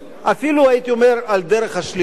אפילו הייתי אומר על דרך השלילה.